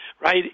right